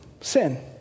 Sin